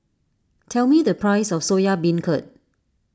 tell me the price of Soya Beancurd